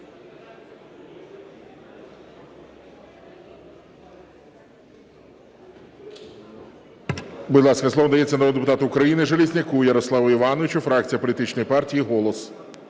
Будь ласка, слово надається народному депутату України Железняку Ярославу Івановичу, фракція політичної партії "Голос".